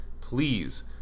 please